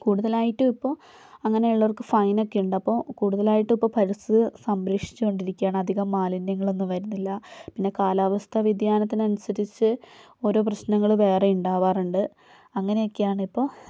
കൂടുതലായിട്ടും ഇപ്പോൾ അങ്ങനെയുള്ളവർക്ക് ഫൈൻ ഒക്കെയുണ്ട് അപ്പോൾ കൂടുതലായിട്ടും ഇപ്പോൾ പരിസ്ഥിതി സംരക്ഷിച്ചുകൊണ്ടിരിക്കയാണ് അധികം മാലിന്യങ്ങളൊന്നും വെരുന്നില്ല പിന്നെ കാലാവസ്ഥ വ്യതിയാനത്തിനൻസരിച്ച് ഓരോ പ്രശ്നങ്ങള് വേറെ ഇണ്ടാവാറുണ്ട് അങ്ങനെയൊക്കെയാണ് ഇപ്പൊ